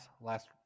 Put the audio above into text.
last